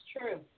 true